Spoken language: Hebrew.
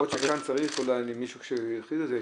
אבל גם את זה ראיתי וזה בסדר.